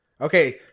Okay